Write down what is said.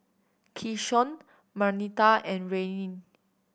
Keshaun Marnita and Rayne